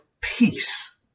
peace